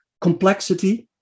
complexity